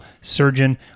surgeon